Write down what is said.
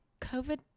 COVID